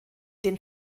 den